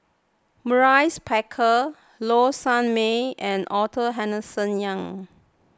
Maurice Baker Low Sanmay and Arthur Henderson Young